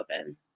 open